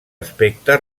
aspecte